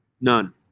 none